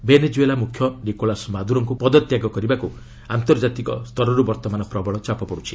Venezuela ମୁଖ୍ୟ Nicolas ମାଦୁରୋଙ୍କୁ ପଦତ୍ୟାଗ କରିବାକୁ ଆନ୍ତର୍ଜାତିକ ସ୍ତରରୁ ବର୍ତ୍ତମାନ ପ୍ରବଳ ଚାପ ପଡୁଛି